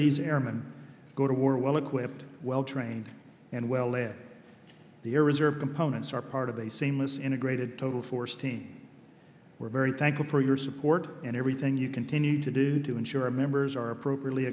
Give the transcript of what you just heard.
these airman go to war well equipped well trained and well led the air reserve components are part of a seamless integrated total force team we're very thankful for your support and everything you continue to do to ensure our members are appropriately